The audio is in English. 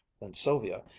than sylvia,